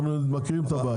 אנחנו מכירים את הבעיה.